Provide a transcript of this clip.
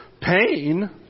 pain